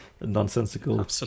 nonsensical